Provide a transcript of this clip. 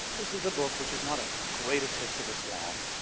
this is a book which is not a kind of greatest hits of islam.